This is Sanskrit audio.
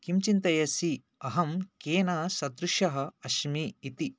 किं चिन्तयसि अहं केन सदृशः अस्मि इति